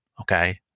Okay